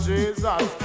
Jesus